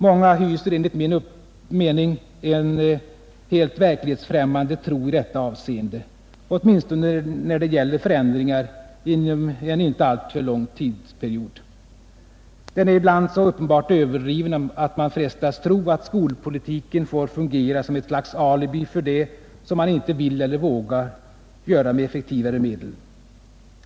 Många hyser enligt min mening en helt verklighetsfrämmande tro i detta avseende, åtminstone när det gäller förändringar inom en inte alltför lång tidsperiod. Den är ibland så uppenbart överdriven, att man kan frestas till tanken att skolpolitiken får fungera som ett slags alibi för det som man inte vill eller vågar göra med effektivare medel.